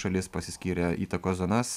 šalis pasiskyrė įtakos zonas